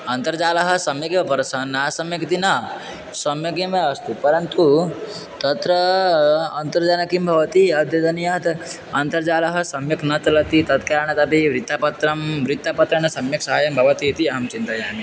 अन्तर्जालः सम्यगेव परसन् न सम्यगिति न सम्यगेव अस्ति परन्तु तत्र अन्तर्जालं किं भवति अद्य दनियात् अन्तर्जालं सम्यक् न चलति तत्कारणादपि वृत्तपत्रं वृत्तपत्रेण सम्यक् सहाय्यं भवति इति अहं चिन्तयामि